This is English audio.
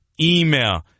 email